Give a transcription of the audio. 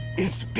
is